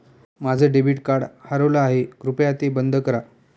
माझं debit card हरवलं आहे, कृपया ते बंद करा